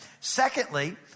Secondly